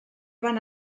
van